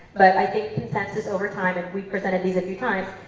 but i think consensus over time, and we've presented these a few times,